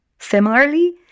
Similarly